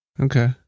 Okay